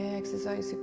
exercise